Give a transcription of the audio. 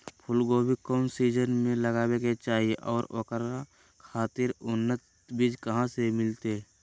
फूलगोभी कौन सीजन में लगावे के चाही और ओकरा खातिर उन्नत बिज कहा से मिलते?